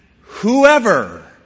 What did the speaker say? whoever